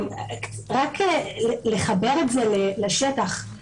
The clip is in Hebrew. רק לחבר את זה לשטח,